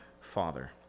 father